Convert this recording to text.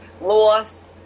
lost